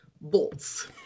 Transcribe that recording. bolts